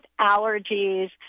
allergies